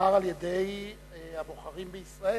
נבחר על-ידי הבוחרים בישראל.